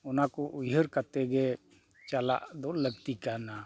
ᱚᱱᱟ ᱠᱚ ᱩᱭᱦᱟᱹᱨ ᱠᱟᱛᱮᱫ ᱜᱮ ᱪᱟᱞᱟᱜ ᱫᱚ ᱞᱟᱹᱠᱛᱤ ᱠᱟᱱᱟ